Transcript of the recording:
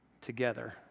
together